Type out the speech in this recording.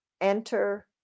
enter